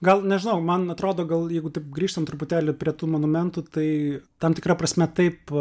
gal nežinau man atrodo gal jeigu taip grįžtam truputėlį prie tų monumentų tai tam tikra prasme taip